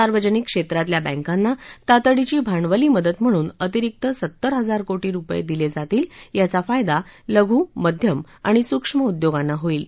सार्वजनिक क्षेत्रातल्या बँकांना तातडीची भांडवली मदत म्हणून अतिरिक सत्तर इजार कोटी रुपये दिले जातील याचा फायदा लघू मध्यम आणि सुक्ष्म उद्योगांना होईल